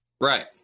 right